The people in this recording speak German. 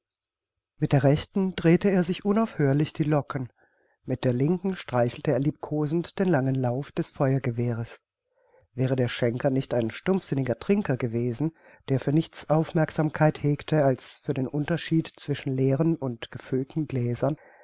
mit der rechten drehte er sich unaufhörlich die locken mit der linken streichelte er liebkosend den langen lauf des feuergewehres wäre der schänker nicht ein stumpfsinniger trinker gewesen der für nichts aufmerksamkeit hegte als für den unterschied zwischen leeren und gefüllten gläsern